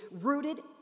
rooted